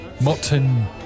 mutton